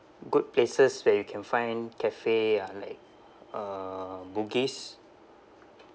good places where you can find cafe uh like uh bugis